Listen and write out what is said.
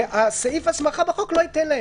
וסעיף ההסמכה בחוק לא ייתן להם.